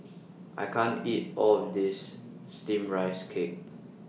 I can't eat All of This Steamed Rice Cake